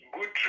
Good